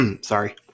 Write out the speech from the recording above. Sorry